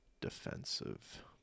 defensive